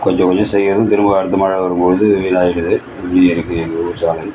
கொஞ்சம் கொஞ்சம் செய்யவும் திரும்ப அடுத்த மழை வரும்போது வீணாயிடுது இப்படியே இருக்கு எங்கள் ஊர் சாலை